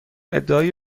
ادعای